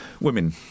women